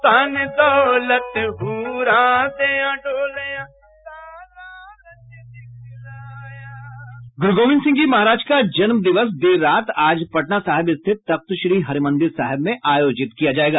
hold Guru Gobind Singh ji Maharaj का जन्मदिवस देर रात आज पटना साहिब स्थित तख्तश्री हरिमंदिर साहिब में आयोजित किया जायेगा